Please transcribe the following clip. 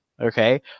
Okay